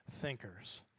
thinkers